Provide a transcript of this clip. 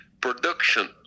production